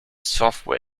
software